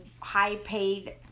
high-paid